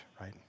right